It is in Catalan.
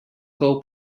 cou